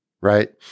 right